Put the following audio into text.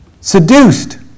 Seduced